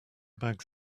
bags